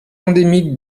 endémique